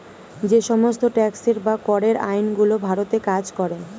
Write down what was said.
যে সমস্ত ট্যাক্সের বা করের আইন গুলো ভারতে কাজ করে